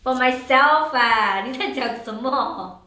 for myself ah 你在讲什么